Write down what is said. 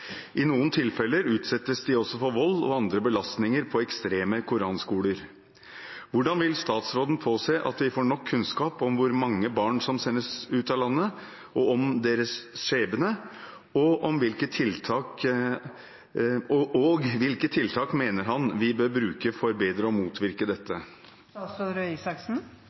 I noen tilfeller utsettes de også for vold og andre belastninger på ekstreme koranskoler. Hvordan vil statsråden påse at vi får nok kunnskap om hvor mange barn som sendes ut av landet, og om deres skjebne, og hvilke tiltak mener han vi bør bruke for bedre å motvirke